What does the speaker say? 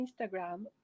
Instagram